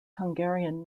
hungarian